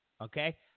okay